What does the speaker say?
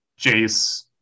Jace